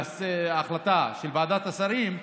נעשה החלטה ועדת השרים.